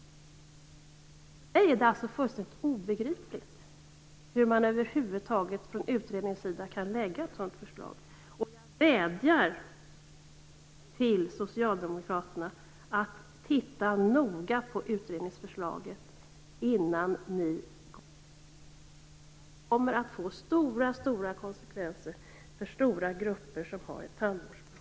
För mig är det fullständigt obegripligt hur man över huvud taget från utredningens sida kan lägga fram ett sådant förslag. Jag vädjar till socialdemokraterna att titta noga på utredningsförslaget innan ni godkänner det. Det här kommer nämligen att få stora konsekvenser för stora grupper som har ett tandvårdsbehov.